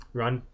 run